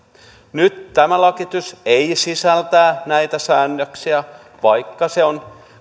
nyt tämä lakiesitys ei sisällä näitä säännöksiä vaikka se on